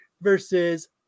versus